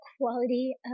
quality